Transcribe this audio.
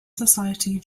society